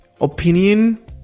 opinion